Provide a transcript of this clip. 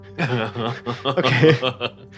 Okay